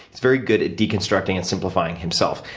he's very good at deconstructing and simplifying himself.